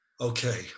okay